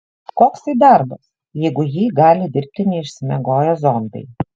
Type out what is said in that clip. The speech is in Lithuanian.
koks tai darbas jeigu jį gali dirbti neišsimiegoję zombiai